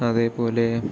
അതേപോലെ